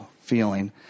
feeling